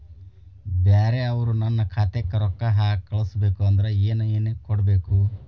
ಬ್ಯಾರೆ ಅವರು ನನ್ನ ಖಾತಾಕ್ಕ ರೊಕ್ಕಾ ಕಳಿಸಬೇಕು ಅಂದ್ರ ನನ್ನ ಏನೇನು ಕೊಡಬೇಕು?